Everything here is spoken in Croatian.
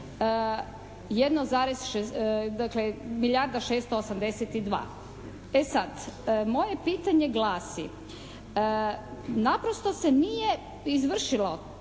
682. E sad, moje pitanje glasi, naprosto se nije izvršilo